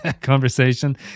conversation